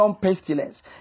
pestilence